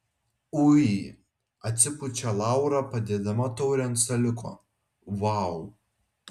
ui atsipučia laura padėdama taurę ant staliuko vau